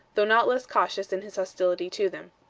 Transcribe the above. though not less cautious in his hostility to them.